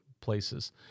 places